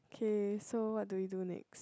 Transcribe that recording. okay so what do we do next